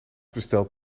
besteld